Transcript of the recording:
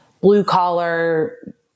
blue-collar